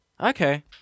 Okay